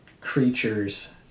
creatures